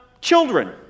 children